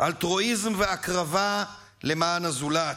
אלטרואיזם והקרבה למען הזולת.